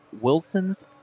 Wilson's